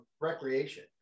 recreation